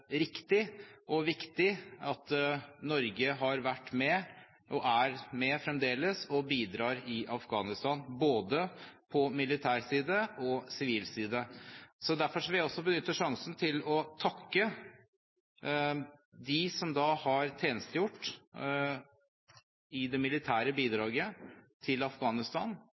riktig og viktig at Norge har vært med og fremdeles er med og bidrar i Afghanistan, både på militær side og på sivil side. Derfor vil jeg også benytte sjansen til å takke dem som har tjenestegjort i det militære bidraget i Afghanistan.